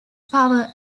power